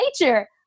nature